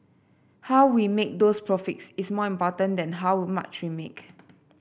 how we make those profits is more important than how much we make